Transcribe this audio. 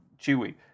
chewy